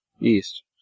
east